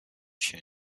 chin